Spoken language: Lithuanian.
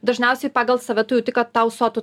dažniausiai pagal save tu jauti kad tau sotu